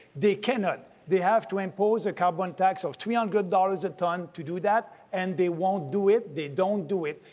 they cannot. they have to impose a carbon tax of three um hundred dollars a tonne to do that, and they won't do it. they don't do it.